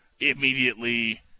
immediately